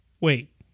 wait